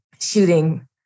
shooting